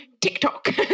tiktok